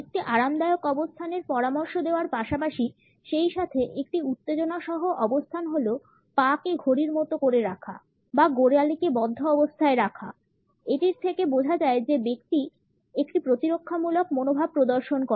একটি আরামদায়ক অবস্থানের পরামর্শ দেওয়ার পাশাপাশি সেই সাথে একটি উত্তেজনা সহ অবস্থান হলো পা কে ঘড়ির মত করে রাখা বা গোড়ালিকে বদ্ধ অবস্থায় রাখা এটির থেকে বোঝা যায় যে ব্যক্তি একটি প্রতিরক্ষামূলক মনোভাব প্রদর্শন করে